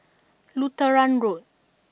Lutheran Road